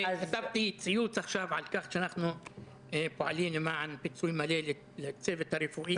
כתבתי ציוץ עכשיו על כך שאנחנו פועלים למען פיצוי מלא לצוות הרפואי,